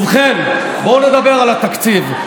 ובכן, בואו נדבר על התקציב.